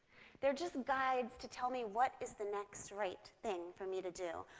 they are just guides to tell me what is the next right thing for me to do.